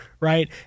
right